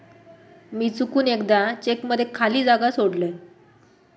मी चुकून एकदा चेक मध्ये खाली जागा सोडलय